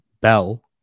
Bell